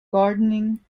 gardening